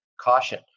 caution